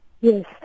Yes